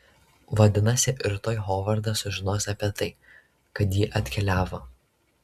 vadinasi rytoj hovardas sužinos apie tai kad ji atkeliavo